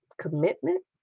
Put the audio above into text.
commitment